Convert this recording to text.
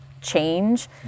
change